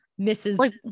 mrs